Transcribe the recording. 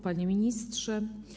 Panie Ministrze!